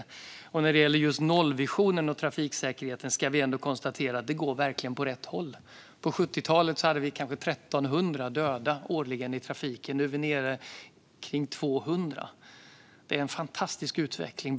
När det gäller just nollvisionen och trafiksäkerheten ska vi ändå konstatera att det verkligen går åt rätt håll. På 70-talet hade vi kanske 1 300 döda årligen i trafiken. Ni är vi nere kring 200. Det är en fantastisk utveckling.